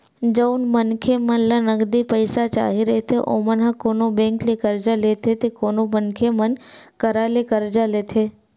जउन मनखे मन ल नगदी पइसा चाही रहिथे ओमन ह कोनो बेंक ले करजा लेथे ते कोनो मनखे मन करा ले करजा लेथे